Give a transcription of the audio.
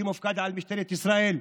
שמופקד על משטרת ישראל,